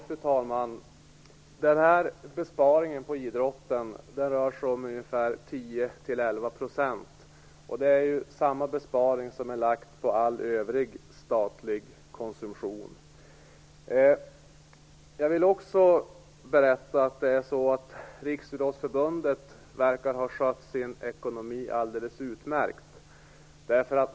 Fru talman! Besparingen på idrotten rör sig om ungefär 10-11 %. Det är samma besparing som ålagts all övrig statlig konsumtion. Jag vill också berätta att Riksidrottsförbundet verkar ha skött sin ekonomi alldeles utmärkt.